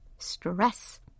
Stress